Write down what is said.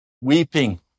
weeping